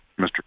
Mr